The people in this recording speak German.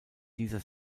dieser